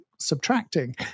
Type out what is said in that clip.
subtracting